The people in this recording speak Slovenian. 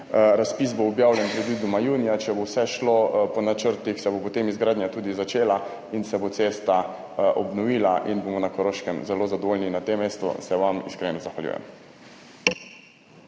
Razpis bo objavljen predvidoma junija, če bo vse šlo po načrtih, se bo potem izgradnja tudi začela in se bo cesta obnovila in bomo na Koroškem zelo zadovoljni. Na tem mestu se vam iskreno zahvaljujem.